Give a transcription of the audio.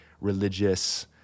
religious